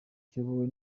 kiyobowe